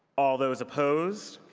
all those opposed?